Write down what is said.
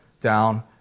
down